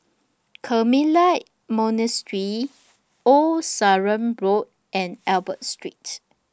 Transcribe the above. Carmelite Monastery Old Sarum Road and Albert Street